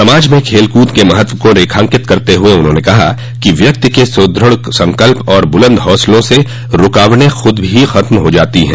समाज में खेल कूद के महत्व को रेखांकित करते हुए उन्होंने कहा कि व्यक्ति के सुदृढ़ संकल्प और बुलंद हौंसलों से रूकावटें ख़द ही ख़त्म हो जाती हैं